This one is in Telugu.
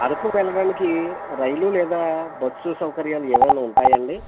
అరకు వెళ్లడానికి రైలు లేదా బస్సు సౌకర్యాలు ఏమైనా ఉంటాయా అండి